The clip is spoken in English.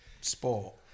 Sport